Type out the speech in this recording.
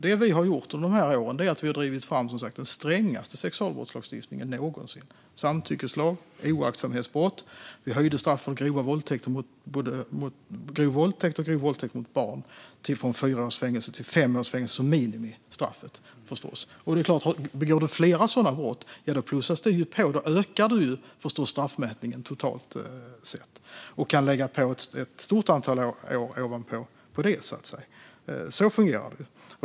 Det vi har gjort under de här åren är att vi, som sagt, har drivit fram den strängaste sexualbrottslagstiftningen någonsin. Vi har infört samtyckeslag och oaktsamhetsbrott, och vi har höjt minimistraffet för både grov våldtäkt och grov våldtäkt mot barn från fyra till fem års fängelse. Begår du flera sådana brott plussas det på så att straffmätningen ökar totalt - ett stort antal år kan läggas på. Så fungerar det.